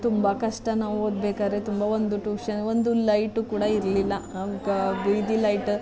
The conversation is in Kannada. ತುಂಬ ಕಷ್ಟ ನಾವು ಓದ್ಬೇಕಾದ್ರೆ ತುಂಬ ಒಂದು ಟ್ಯೂಷನ್ ಒಂದು ಲೈಟು ಕೂಡ ಇರಲಿಲ್ಲ ಆಗ ಬೀದಿ ಲೈಟ್